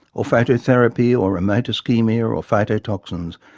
or phototherapy or remote ischemia or or phytotoxins,